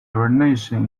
urination